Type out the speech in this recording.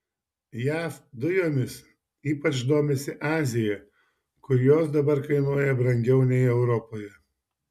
jav dujomis ypač domisi azija kur jos dabar kainuoja brangiau nei europoje